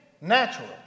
natural